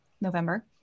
November